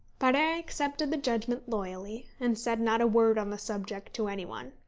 but i accepted the judgment loyally, and said not a word on the subject to any one.